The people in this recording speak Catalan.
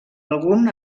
algun